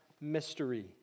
mystery